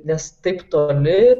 nes taip toli ta